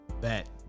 Bet